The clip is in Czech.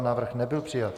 Návrh nebyl přijat.